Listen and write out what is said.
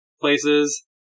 places